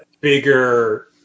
bigger